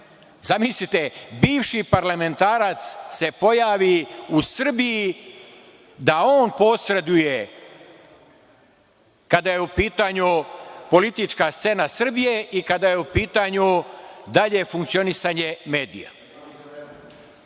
bruka. Zamislite, bivši parlamentarac se pojavi u Srbiji da on posreduje kada je u pitanju politička scena Srbije i kada je u pitanju dalje funkcionisanje medija?